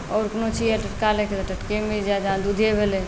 आओर कोनो चीज यए टटका लैके तऽ टटके मिल जायत दूधे भेलै